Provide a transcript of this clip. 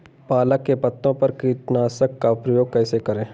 पालक के पत्तों पर कीटनाशक का प्रयोग कैसे करें?